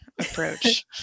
approach